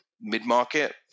mid-market